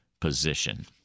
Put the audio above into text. position